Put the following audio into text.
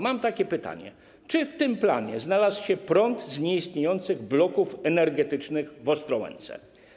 Mam takie pytanie: Czy w tym planie znalazł się prąd z nieistniejących bloków energetycznych w Ostrołęce?